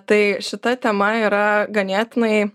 tai šita tema yra ganėtinai